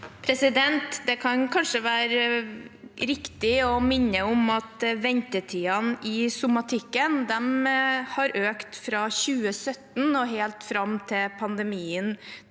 Det kan kan- skje være riktig å minne om at ventetidene i somatikken har økt fra 2017 og helt fram til pandemien